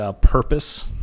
purpose